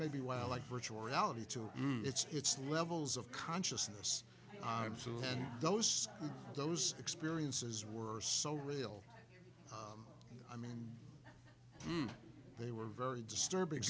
maybe why i like virtual reality to you it's it's levels of consciousness i'm so in those those experiences were so real i mean they were very disturbing